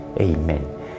Amen